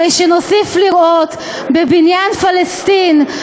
הרי שנוסיף לראות בבניין פלסטין,